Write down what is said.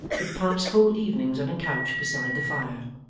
would pass whole evenings on a couch beside the fire.